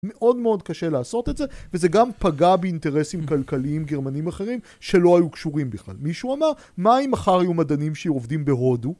מאוד מאוד קשה לעשות את זה וזה גם פגע באינטרסים כלכליים גרמנים אחרים שלא היו קשורים בכלל מישהו אמר מה אם מחר יהיו מדענים שעובדים בהודו